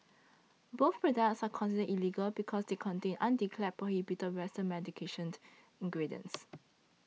both products are considered illegal because they contain undeclared prohibited western medications ingredients